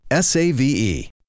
SAVE